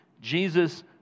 Jesus